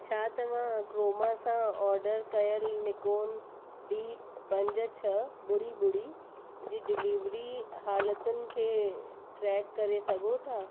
छा तव्हां क्रोमा सां ऑर्डर कयल निकोन डी पंज छह ॿुड़ी ॿुड़ी जी डिलेविरी हालतुनि खे ट्रैक करे सघो था